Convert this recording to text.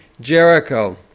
Jericho